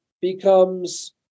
becomes